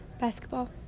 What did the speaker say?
Basketball